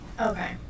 Okay